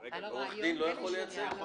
עורך דין לא יכול לייצג?